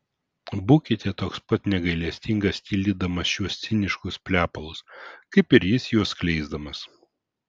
būkite toks pat negailestingas tildydamas šiuos ciniškus plepalus kaip ir jis juos skleisdamas